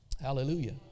Hallelujah